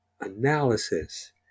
analysis